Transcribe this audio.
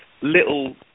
little